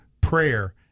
prayer